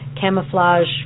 camouflage